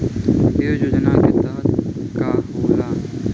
बीज योजना के तहत का का होला?